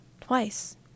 Twice